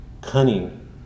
cunning